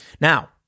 Now